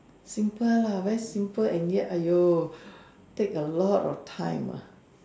simple lah very simple and yet !aiyo! take a lot of time ah